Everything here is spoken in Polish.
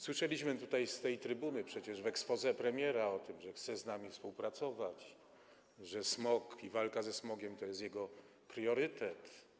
Słyszeliśmy z tej trybuny przecież w exposé premiera o tym, że chce z nami współpracować, że smog i walka ze smogiem to jest jego priorytet.